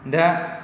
दा